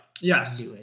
Yes